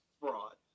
fraud